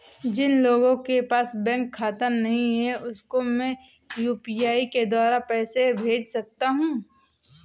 जिन लोगों के पास बैंक खाता नहीं है उसको मैं यू.पी.आई के द्वारा पैसे भेज सकता हूं?